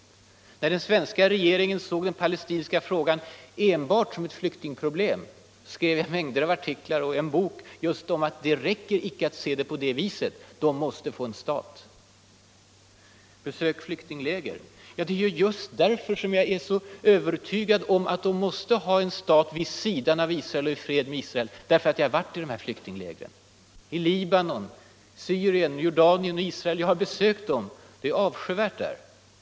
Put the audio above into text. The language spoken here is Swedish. På den tiden när den svenska regeringen såg den palestinska frågan enbart som ett flyktingproblem, skrev jag mängder av artiklar — och en bok —- om att det inte räcker med att se det på det viset. Palestinierna måste få en stat. Utrikesministern uppmanade mig att besöka flyktinglägren. Det är just därför att jag har varit i dessa flyktingläger som jag är så övertygad om att de måste ha en nation vid sidan av Israel och i fred med Israel. Jag har besökt flyktingläger i Syrien, Jordanien och Västbanken. Det är avskyvärt där.